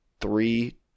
three